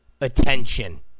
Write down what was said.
attention